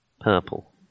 purple